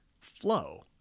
flow